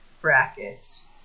brackets